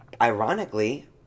ironically